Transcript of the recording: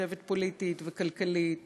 כתבת פוליטית וכלכלית